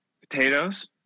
potatoes